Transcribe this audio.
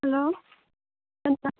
hello